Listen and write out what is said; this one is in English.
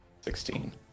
Sixteen